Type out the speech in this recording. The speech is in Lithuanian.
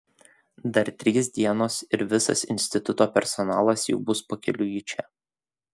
dar trys dienos ir visas instituto personalas jau bus pakeliui į čia